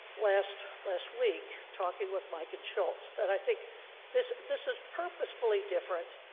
last last week talking with mike and schultz, that i think this this is purposefully different,